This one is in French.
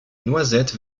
noisette